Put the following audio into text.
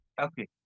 Okay